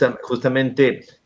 Justamente